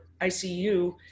ICU